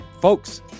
Folks